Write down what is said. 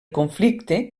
conflicte